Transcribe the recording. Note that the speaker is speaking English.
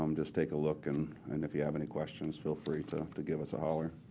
um just take a look. and and if you have any questions, feel free to to give us a holler.